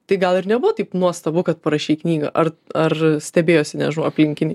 tai gal ir nebuvo taip nuostabu kad parašei knygą ar ar stebėjosi nežinau aplinkiniai